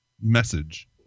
message